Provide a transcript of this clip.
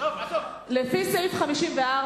לפי סעיף 54,